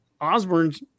Osborne's